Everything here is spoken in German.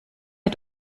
hat